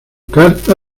carta